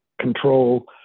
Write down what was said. control